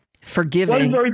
forgiving